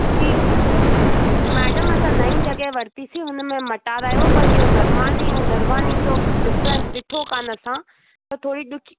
जी madam असां नईं जॻहि वरितीसीं उन में मटारायो पर इहो धरमानी ऐं धरवानी जो डिफ्रंस ॾिठो कान असां त थोरी ॾुखी